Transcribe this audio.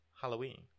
Halloween